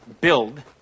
build